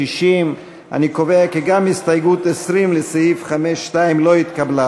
60. אני קובע כי גם הסתייגות 20 לסעיף 5(2) לא התקבלה.